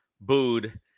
booed